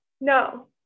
no